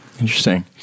Interesting